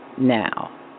now